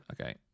Okay